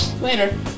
Later